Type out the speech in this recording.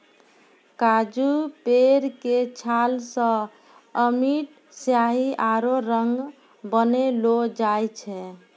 काजू पेड़ के छाल सॅ अमिट स्याही आरो रंग बनैलो जाय छै